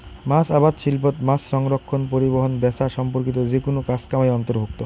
মাছ আবাদ শিল্পত মাছসংরক্ষণ, পরিবহন, ব্যাচা সম্পর্কিত যেকুনো কাজ কামাই অন্তর্ভুক্ত